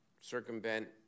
circumvent